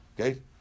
okay